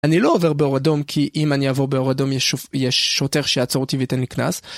אני לא עובר באור אדום כי אם אני אעבור באור אדום יש שוטר שיעצור אותי ויתן לי קנס.